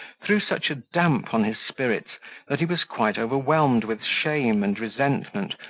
threw such a damp on his spirits that he was quite overwhelmed with shame and resentment,